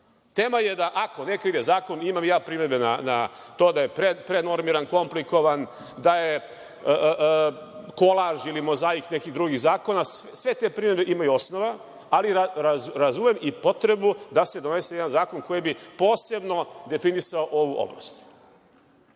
je da ako, neka ide zakon, imam ja primedbe na to da je prenormiran, komplikovan, da je kolaž ili mozaik nekih drugih zakona. Sve te primedbe imaju osnova, ali razumem i potrebu da se donese jedan zakon koji bi posebno definisao ovu oblast.U